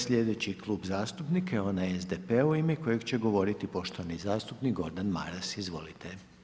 Sljedeći Klub zastupnika je onaj SDP-a u ime kojeg će govoriti poštovani zastupnik Gordan Maras, izvolite.